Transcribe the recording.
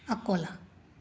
Akola